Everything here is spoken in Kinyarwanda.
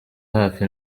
hafi